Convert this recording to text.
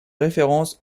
référence